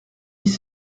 dix